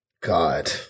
God